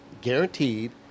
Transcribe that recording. guaranteed